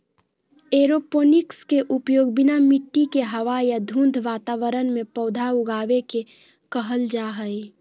aeroponics के उपयोग बिना मिट्टी के हवा या धुंध वातावरण में पौधा उगाबे के कहल जा हइ